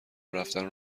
رفتن